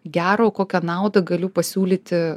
gero kokią naudą galiu pasiūlyti